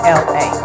la